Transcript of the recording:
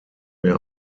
mehr